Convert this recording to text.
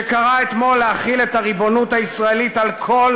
שקראה אתמול להחיל את הריבונות הישראלית על כל